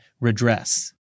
redress